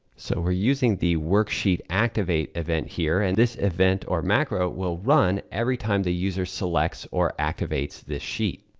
so we're using the worksheet activate event here. and this event, or macro, will run every time the user selects or activates this sheet.